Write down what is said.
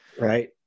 right